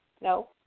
No